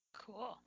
Cool